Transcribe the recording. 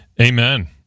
Amen